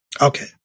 Okay